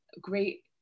Great